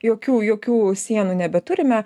jokių jokių sienų nebeturime